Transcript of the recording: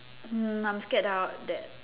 mm I'm scared that I'll that